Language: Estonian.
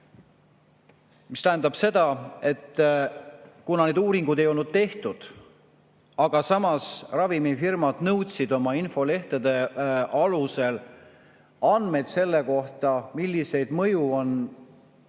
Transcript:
See tähendab seda, et neid uuringuid ei olnud tehtud, aga samas ravimifirmad nõudsid oma infolehtede alusel andmeid selle kohta, millist mõju, ka